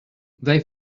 they